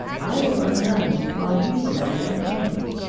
i will earn money while you study and paint!